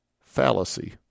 fallacy